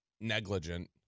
negligent